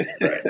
Right